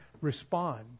respond